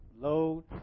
load